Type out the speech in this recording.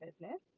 business